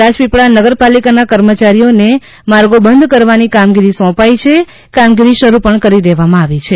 રાજપીપળા નગરપાલિકાના કર્મચારીઓને માર્ગો બંધ કરવાની કામગીરી સોંપાઇ ગઇ છે કામગીરી શરૂ પણ કરી દેવામાં આવી છે